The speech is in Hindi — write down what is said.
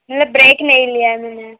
मतलब ब्रेक नहीं लिया है मैंने